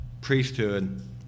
priesthood